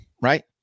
right